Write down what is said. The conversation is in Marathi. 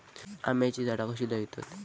आम्याची झाडा कशी लयतत?